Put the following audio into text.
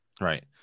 Right